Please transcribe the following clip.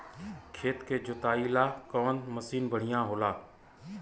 खेत के जोतईला कवन मसीन बढ़ियां होला?